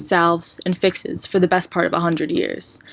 salves, and fixes for the best part of a hundred years.